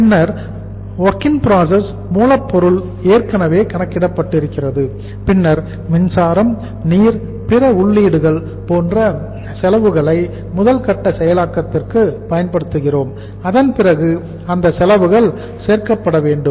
பின்னர் WIP மூலப்பொருள் ஏற்கனவே கணக்கிடப்பட்டிருக்கிறது பின்னர் மின்சாரம் நீர் பிற உள்ளீடுகள் போன்ற செலவுகளை முதல்கட்ட செயலாக்கத்திற்கு பயன்படுத்துகிறோம் அதன் பிறகு அந்த செலவுகள் சேர்க்கப்படவேண்டும்